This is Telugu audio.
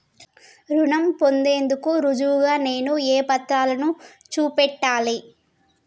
రుణం పొందేందుకు రుజువుగా నేను ఏ పత్రాలను చూపెట్టాలె?